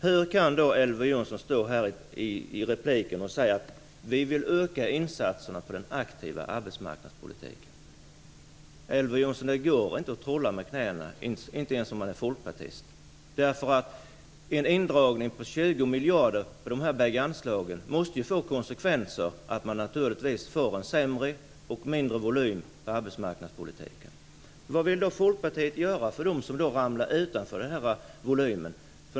Hur kan då Elver Jonsson stå här och säga att ni vill öka insatserna i den aktiva arbetsmarknadspolitiken. Elver Jonsson, det går inte att trolla med knäna, inte ens om man är folkpartist, därför att en indragning på 20 miljarder på de bägge anslagen måste naturligtvis få till konsekvens en sämre och mindre volym i arbetsmarknadspolitiken. Vad vill då folkpartiet göra för dem som ramlar utanför denna volym?